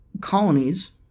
colonies